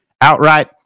outright